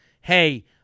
hey